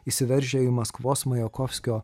įsiveržia į maskvos majakovskio